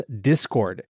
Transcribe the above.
Discord